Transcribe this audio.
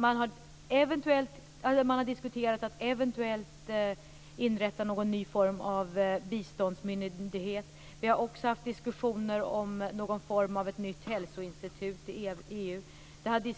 Man har diskuterat att eventuellt inrätta någon ny form av biståndsmyndighet. Vi har också haft diskussioner om någon form av nytt hälsoinstitut i EU. En